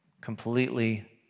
completely